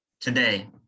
today